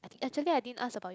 actually I didn't ask about your